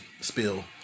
spill